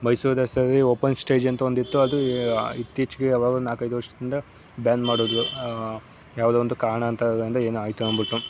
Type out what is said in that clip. ಮೈಸೂರು ದಸರಾದಲ್ಲಿ open stage ಅಂತ ಒಂದಿತ್ತು ಅದು ಇತ್ತೀಚೆಗೆ ಯಾವಾಗೊ ಒಂದು ನಾಲ್ಕೈದು ವರ್ಷದಿಂದ ಬ್ಯಾನ್ ಮಾಡಿದ್ರು ಯಾವುದೋ ಒಂದು ಕಾರಣಾಂತರಗಳಿಂದ ಏನೋ ಆಯಿತು ಅಂಂದ್ಬಿಟ್ಟು